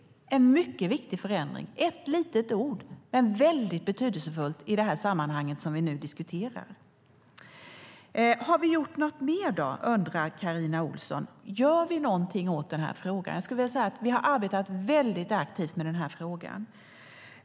Det var en mycket viktig förändring - ett litet ord, men väldigt betydelsefullt i det här sammanhanget. Har vi gjort något mer? undrar Carina Ohlsson. Gör vi någonting åt den här frågan? Vi har arbetat väldigt aktivt med den här frågan.